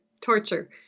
torture